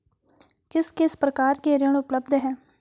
किस किस प्रकार के ऋण उपलब्ध हैं?